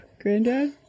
Granddad